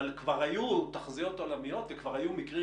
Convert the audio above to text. אבל כבר היו תחזיות עולמיות וכבר היו מקרים